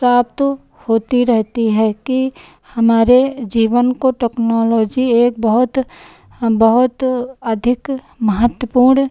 प्राप्त होती रहती है कि हमारे जीवन को टेक्नोलॉजी एक बहुत हं बहुत अधिक महत्तपूर्ण